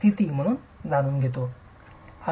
स्थिती जाणून घेण्यासाठी